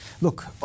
Look